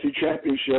Championship